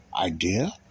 idea